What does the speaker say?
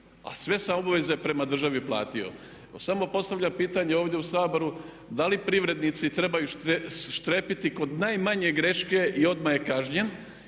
A sve sam obaveze prema državi platio. Samo postavljam pitanje ovdje u Saboru da li privrednici trebaju strepiti kod najmanje greške i odmah je kažnjen